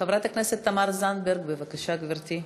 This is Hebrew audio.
חברת הכנסת תמר זנדברג, בבקשה, גברתי.